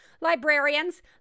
Librarians